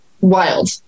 wild